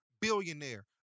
billionaire